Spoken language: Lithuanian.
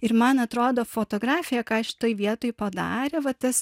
ir man atrodo fotografija ką šitoj vietoj padarė va tas